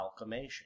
Alchemation